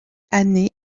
année